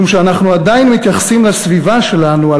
משום שאנחנו עדיין מתייחסים לסביבה שלנו,